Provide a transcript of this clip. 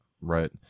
Right